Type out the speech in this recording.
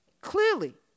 Clearly